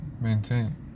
maintain